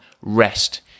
rest